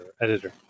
editor